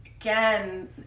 again